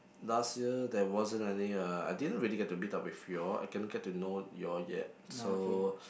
last year there wasn't any uh I didn't really get to meet up with you all I didn't get to know you all yet so